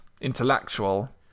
intellectual